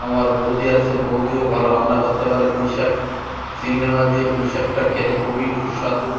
আমার বৌদি আছে বৌদিও ভালো রান্না করতে পারে পুঁই শাক চিংড় মাছ দিয়ে পুঁই শাকটা খেলে খুবই সুস্বাদু